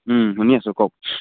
শুনি আছো কওক